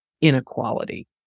inequality